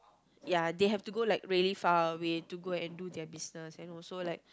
ya they have to go like really far away to go and do their business and also like